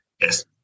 yes